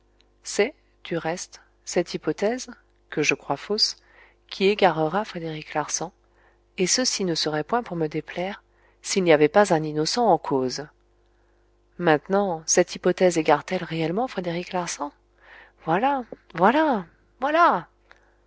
c'est du reste cette hypothèse que je crois fausse qui égara frédéric larsan et ceci ne serait point pour me déplaire s'il n'y avait pas un innocent en cause maintenant cette hypothèse égare telle réellement frédéric larsan voilà